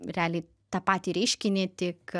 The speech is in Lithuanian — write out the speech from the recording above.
realiai tą patį reiškinį tik